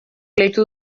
leitu